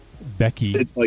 Becky